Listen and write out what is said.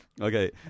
Okay